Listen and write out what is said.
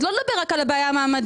אז זה לא מדבר רק על הבעיה המעמדית.